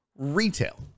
retail